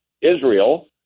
Israel